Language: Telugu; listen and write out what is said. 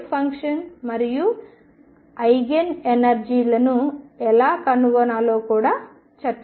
వేవ్ ఫంక్షన్ మరియు ఐగెన్ ఎనర్జీలని ఎలా కనుగొనాలో కూడా చర్చించాము